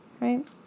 right